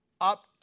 up